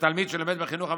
בתלמיד שלומד בחינוך הממלכתי,